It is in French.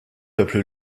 peuple